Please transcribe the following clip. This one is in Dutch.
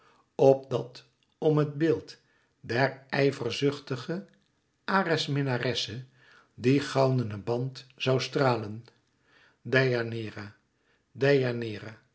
opdat om het beeld der ijverzuchtige ares minnaresse die goudene band zoû stralen deianeira